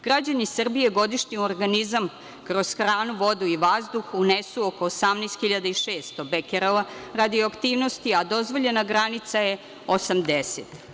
Građani Srbije godišnje u organizam, kroz hranu, vodu i vazduh, unesu oko 18.600 bekerela radioaktivnosti, a dozvoljena granica je 80.